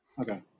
Okay